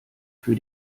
für